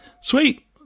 Sweet